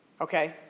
Okay